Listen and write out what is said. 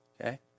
okay